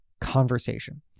conversation